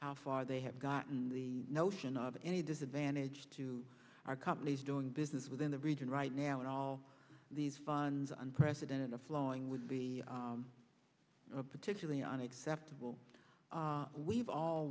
how far they have gotten the notion of any disadvantage to our companies doing business within the region right now and all these funds unprecedented flowing would be particularly on acceptable we've all